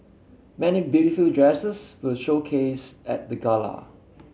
many beautiful dresses were showcased at the gala